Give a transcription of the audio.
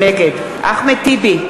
נגד אחמד טיבי,